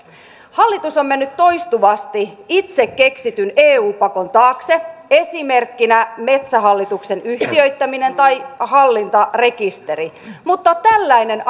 hallitus on mennyt toistuvasti itse keksityn eu pakon taakse esimerkkinä metsähallituksen yhtiöittäminen tai hallintarekisteri mutta tällainen